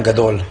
הגדולים".